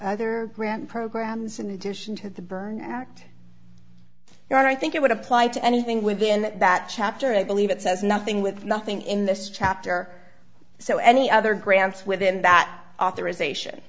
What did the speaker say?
other grant programs in addition to the burn your honor i think it would apply to anything within that chapter i believe it says nothing with nothing in this chapter so any other grants within that authorization